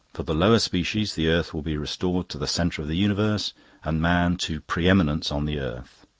for the lower species the earth will be restored to the centre of the universe and man to pre-eminence on the earth.